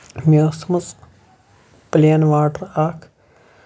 مےٚ ٲسۍ تھاومٕژ پِلین واٹر اکھ